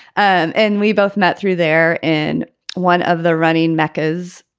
and and we both met through there in one of the running meccas.